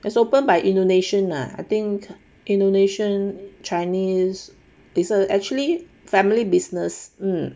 it's opened by indonesian lah I think indonesian chinese is a actually family business